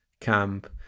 camp